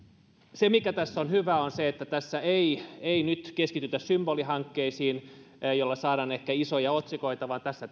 se mikä tässä on hyvää on se että tässä ei ei nyt keskitytä symbolihankkeisiin joilla saadaan ehkä isoja otsikoita vaan tässä